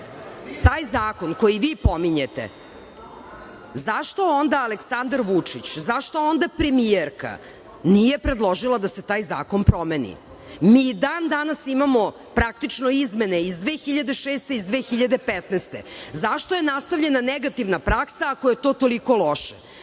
taj Zakon koji vi pominjete, zašto onda Aleksandar Vučić, zašto onda premijerka nije predložila da se taj zakon promeni. Mi dan danas imamo praktično izmene iz 2006. godine i 2015. godine. Zašto je nastavljena negativna praksa, ako je to toliko loše?